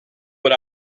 what